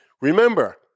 Remember